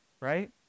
Right